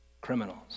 criminals